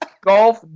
Golf